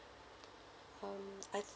um I